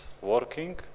working